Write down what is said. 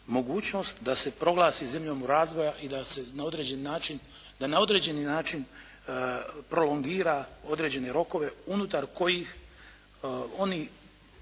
da se proglasi zemljom u razvoju i da na određeni način prolongira određene rokove unutar kojih oni